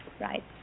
Right